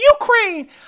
Ukraine